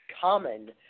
common